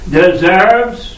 deserves